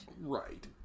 Right